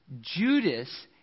Judas